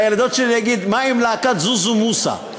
לילדות שלי אני אגיד: מה עם להקת זוזו מוסא?